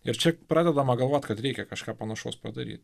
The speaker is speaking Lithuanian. ir čia pradedama galvot kad reikia kažką panašaus padaryt